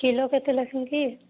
kilo କେତେ ଲେଖା କି